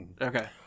okay